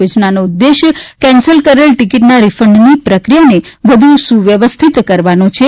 યોજનાનો ઉદ્દેશ કેન્સલ કરેલ ટિકિટના રીફંડની પ્રક્રિયાને વધુ સુવ્યવસ્થિત કરવાનો છે